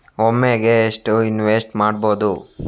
ಒಮ್ಮೆಗೆ ಎಷ್ಟು ಇನ್ವೆಸ್ಟ್ ಮಾಡ್ಬೊದು?